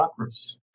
chakras